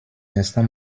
instants